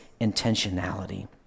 intentionality